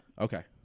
Okay